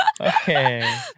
Okay